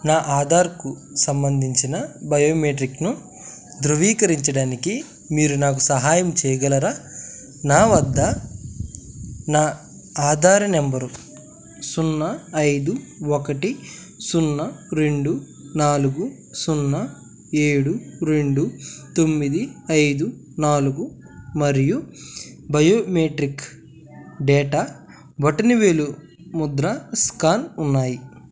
నా ఆధార్కు సంబంధించిన బయోమెట్రిక్ను ధృవీకరించడానికి మీరు నాకు సహాయం చేయగలరా నా వద్ద నా ఆధార నంబరు సున్నా ఐదు ఒకటి సున్నా రెండు నాలుగు సున్నా ఏడు రెండు తొమ్మిది ఐదు నాలుగు మరియు బయోమెట్రిక్ డేటా బొటనవేలు ముద్ర స్కాన్ ఉన్నాయి